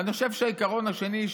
ואני חושב שהעיקרון השני,